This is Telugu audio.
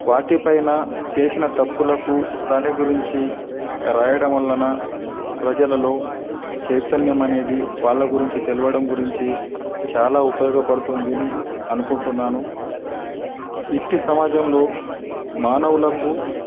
వాటి పైన చేసిన తప్పులకు దాని గురించి రాయడం వల్లన ప్రజలలో చైతన్యం అనేది వాళ్ళ గురించి తెలవడం గురించి చాలా ఉపయోగపడుతుందని అనుకుంటున్నాను ఇట్టి సమాజంలో మానవులకు